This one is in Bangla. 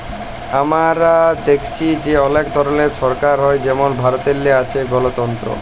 আমরা দ্যাইখছি যে অলেক ধরলের সরকার হ্যয় যেমল ভারতেল্লে আছে গলতল্ত্র